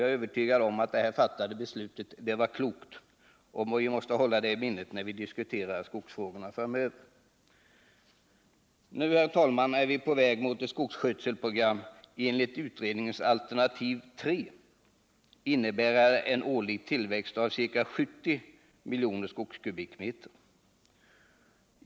Jag är övertygad om att det beslut som då fattades var klokt, och vi måste hålla det i minnet när vi diskuterar skogsfrågorna framöver. Vi är nu, herr talman, på väg mot ett skogsskötselprogram enligt utredningens alternativ 3, innebärande en årlig tillväxt av ca 70 milj. skogskubikmeter.